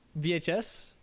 vhs